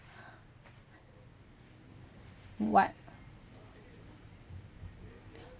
what